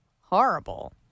horrible